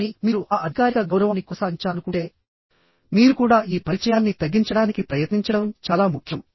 కానీ మీరు ఆ అధికారిక గౌరవాన్ని కొనసాగించాలనుకుంటేమీరు కూడా ఈ పరిచయాన్ని తగ్గించడానికి ప్రయత్నించడం చాలా ముఖ్యం